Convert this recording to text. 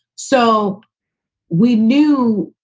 so we knew,